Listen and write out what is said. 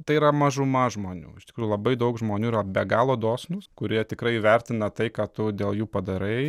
tai yra mažuma žmonių iš tikrųjų labai daug žmonių yra be galo dosnūs kurie tikrai vertina tai ką tu dėl jų padarai